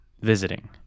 visiting